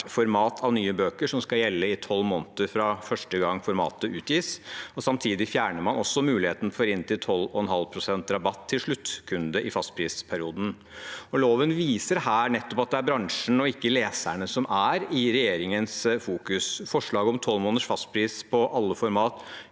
format av nye bøker i tolv måneder fra første gang formatet utgis. Samtidig fjerner man også muligheten for inntil 12,5 pst. rabatt til sluttkunde i fastprisperioden. Loven viser her nettopp at det er bransjen og ikke leserne som er regjeringens fokus. Forslaget om tolv måneders fastpris på alle format